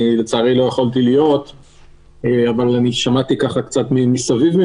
לצערי, לא יכולתי להיות אבל שמעתי קצת מסביב.